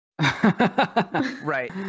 Right